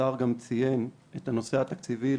השר גם ציין את הנושא התקציבי,